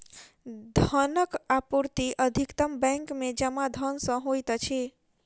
धनक आपूर्ति अधिकतम बैंक में जमा धन सॅ होइत अछि